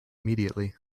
immediately